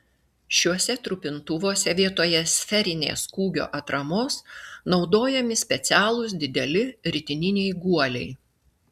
šiuose trupintuvuose vietoje sferinės kūgio atramos naudojami specialūs dideli ritininiai guoliai